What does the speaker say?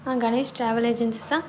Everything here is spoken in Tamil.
ah Ganesh travel agencies